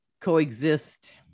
coexist